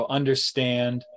understand